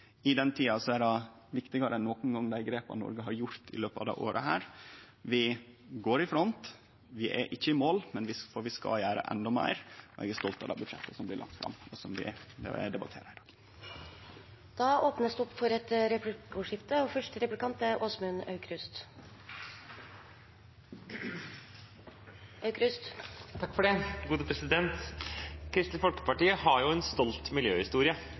I denne tida er dei grepa Noreg har gjort i løpet av desse åra, viktigare enn nokon gong. Vi går i front, men vi er ikkje i mål, for vi skal gjere endå meir, og eg er stolt av det budsjettet som blir lagt fram, og som vi no debatterer. Det blir replikkordskifte. Kristelig Folkeparti har en stolt miljøhistorie og har vært opptatt av både å bidra internasjonalt og å sette seg klare nasjonale mål, men etter at Kristelig Folkeparti valgte side og har